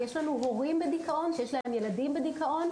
יש לנו הורים בדיכאון שיש להם ילדים בדיכאון,